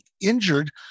injured